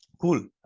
Cool